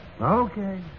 Okay